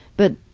but